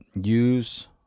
Use